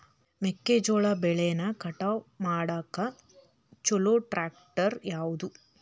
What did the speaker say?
ಮೆಕ್ಕೆ ಜೋಳ ಬೆಳಿನ ಕಟ್ ಮಾಡಾಕ್ ಛಲೋ ಟ್ರ್ಯಾಕ್ಟರ್ ಯಾವ್ದು?